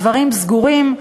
הדברים סגורים,